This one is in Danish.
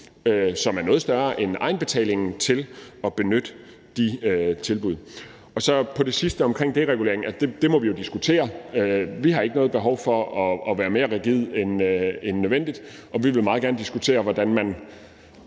som er noget større end egenbetalingen, til at benytte de tilbud. Så til det sidste omkring deregulering: Det må vi jo diskutere. Vi har ikke noget behov for at være mere rigide end nødvendigt, og vi vil meget gerne diskutere, hvordan man